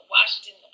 Washington